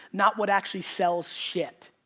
not what actually sells shit.